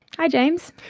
hi james.